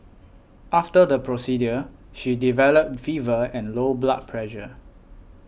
after the procedure she developed fever and low blood pressure